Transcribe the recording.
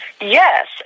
Yes